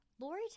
Lori